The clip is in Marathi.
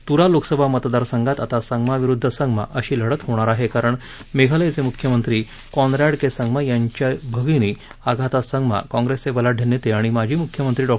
तुरा लोकसभा मतदार संघात आता संगमा विरुद्ध संगमा अशी लढत होणार आहे कारण मेघालयचे मुख्यमंत्री कॉनरॅड के संगमा यांची भगिनी अगाथा संगमा कॉंग्रेसचे बलाढया नेते आणि माजी मुख्यमत्री डॉ